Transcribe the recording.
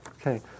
Okay